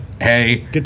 Hey